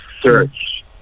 search